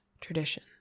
tradition